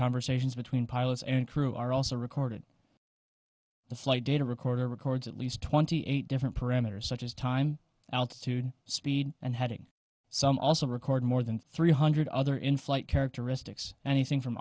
conversations between pilots and crew are also recorded the flight data recorder records at least twenty eight different parameters such as time altitude speed and heading some also record more than three hundred other in flight characteristics anything from